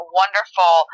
wonderful